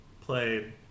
played